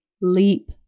leap